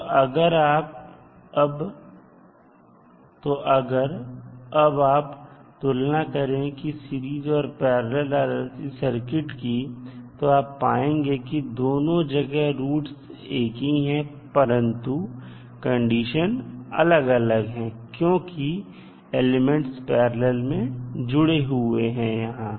तो अगर अब आप तुलना करें सीरीज और पैरलल RLC सर्किट की तो आप पाएंगे कि दोनों जगह रूट्स एक ही है परंतु कंडीशन अलग अलग है क्योंकि एलिमेंट्स पैरलल में जुड़े हुए हैं यहां